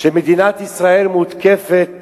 שמדינת ישראל מותקפת